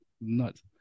nuts